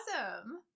awesome